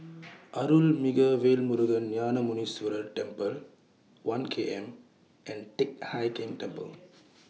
Arulmigu Velmurugan Gnanamuneeswarar Temple one K M and Teck Hai Keng Temple